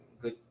good